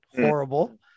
horrible